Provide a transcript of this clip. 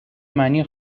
معنی